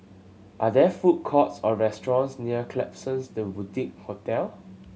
are there food courts or restaurants near Klapsons The Boutique Hotel